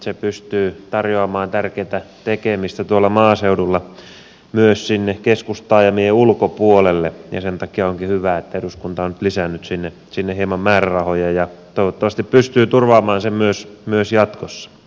se pystyy tarjoamaan tärkeätä tekemistä tuolla maaseudulla myös sinne keskustaajamien ulkopuolelle ja sen takia onkin hyvä että eduskunta on nyt lisännyt sinne hieman määrärahoja ja toivottavasti pystyy turvaamaan ne myös jatkossa